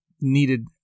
needed